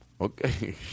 Okay